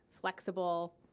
flexible